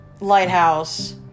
lighthouse